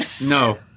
No